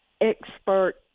expert